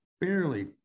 barely